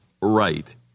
right